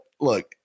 look